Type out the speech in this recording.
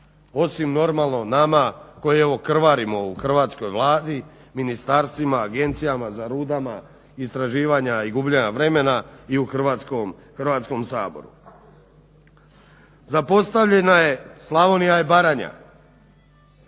osim normalno nama koji evo krvarimo u hrvatskoj Vladi, ministarstvima, agencijama, zarudama, istraživanja i gubljenja vremena i u Hrvatskom saboru. Zapostavljena je Slavonija i Baranja,